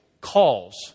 calls